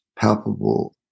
palpable